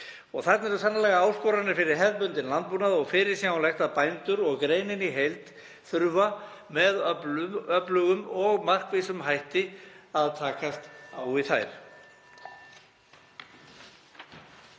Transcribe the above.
Þarna eru sannarlega áskoranir fyrir hefðbundinn landbúnað og fyrirsjáanlegt að bændur og greinin í heild þurfi með öflugum og markvissum hætti að takast á við þær.